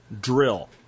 drill